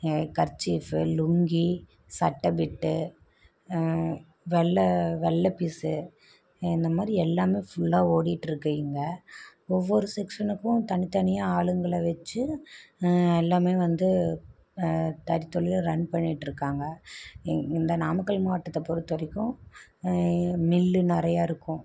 ஏ kerchief lungi சட்டை bit வெள்ளை வெள்ளை பீஸ் இந்த மாதிரி எல்லாமே ஃபுல்லா ஓடிகிட்ருக்கு இங்கே ஒவ்வொரு செக்ஷனுக்கும் தனித்தனியாக ஆளுங்களை வச்சு எல்லாமே வந்து தறி தொழிலை ரன் பண்ணிகிட்ருக்காங்க எங் இந்த நாமக்கல் மாவட்டத்தை பொறுத்த வரைக்கும் மில் நிறையா இருக்கும்